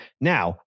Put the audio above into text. Now